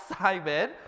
simon